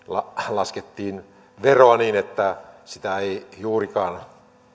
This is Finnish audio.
laskettiin veroa niin että siitä ei juurikaan